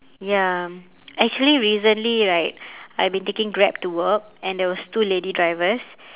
ya actually recently right I've been taking grab to work and there was two lady drivers